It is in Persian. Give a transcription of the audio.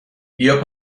بیا